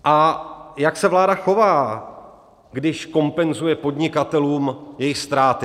A jak se vláda chová, když kompenzuje podnikatelům jejich ztráty?